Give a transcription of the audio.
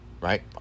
right